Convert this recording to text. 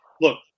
Look